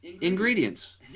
ingredients